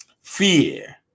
fear